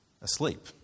asleep